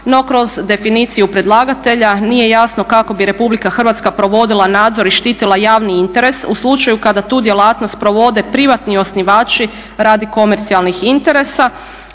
no kroz definiciju predlagatelja nije jasno kako bi RH provodila nadzor i štitila javni interes u slučaju kada tu djelatnost provode privatni osnivači radi komercijalnih interesa.